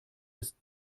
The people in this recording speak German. ist